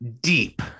Deep